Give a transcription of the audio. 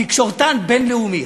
תקשורתן בין-לאומי,